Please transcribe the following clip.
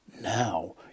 Now